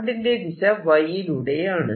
കറന്റിന്റെ ദിശ Y യിലൂടെയാണ്